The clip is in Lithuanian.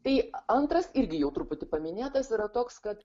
tai antras irgi jau truputį paminėtas yra toks kad